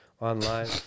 online